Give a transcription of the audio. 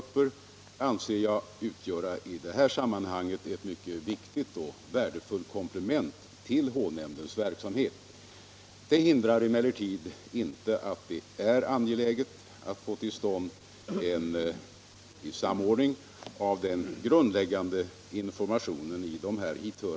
Mot den bakgrunden är det lätt att förstå att statens järnvägars förslag om nedläggning av persontrafiken på järnvägslinjen Ljusdal-Hudiksvall och av godstrafiken på samma linje, sträckan Ljusdal-Näsviken, väckt oro.